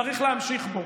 צריך להמשיך בזה.